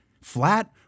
flat